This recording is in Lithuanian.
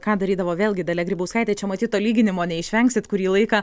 ką darydavo vėlgi dalia grybauskaitė čia matyt to lyginimo neišvengsit kurį laiką